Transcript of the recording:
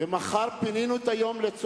המציאות הזו, המדיניות הזו, היא